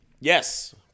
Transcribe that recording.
Yes